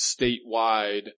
statewide